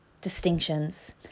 distinctions